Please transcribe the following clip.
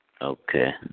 Okay